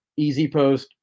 EasyPost